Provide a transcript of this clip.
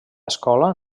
escola